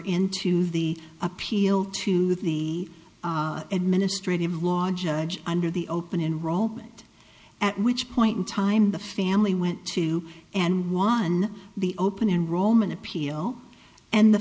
into the appeal to the administrative law judge under the open enrollment at which point in time the family went to and won the open enrollment appeal and the